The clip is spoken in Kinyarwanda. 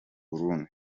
burundi